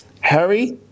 Harry